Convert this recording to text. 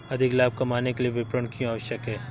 अधिक लाभ कमाने के लिए विपणन क्यो आवश्यक है?